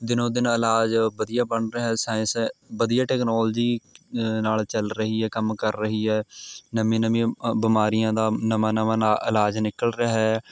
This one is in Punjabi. ਦਿਨੋ ਦਿਨ ਇਲਾਜ ਵਧੀਆ ਬਣ ਰਿਹਾ ਸਾਇੰਸ ਵਧੀਆ ਟਕਨੋਲਜੀ ਨਾਲ਼ ਚੱਲ ਰਹੀ ਹੈ ਕੰਮ ਕਰ ਰਹੀ ਹੈ ਨਵੀਆਂ ਨਵੀਆਂ ਅ ਬਿਮਾਰੀਆਂ ਦਾ ਨਵਾਂ ਨਵਾਂ ਨਾ ਇਲਾਜ ਨਿਕਲ ਰਿਹਾ ਏ